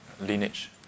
lineage